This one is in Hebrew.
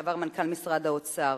לשעבר מנכ"ל משרד האוצר.